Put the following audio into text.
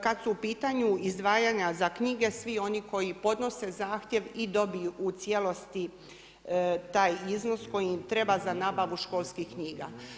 Kada su u pitanju izdvajanja za knjige svi oni koji podnose zahtjev i dobiju u cijelosti taj iznos koji im treba za nabavu školskih knjiga.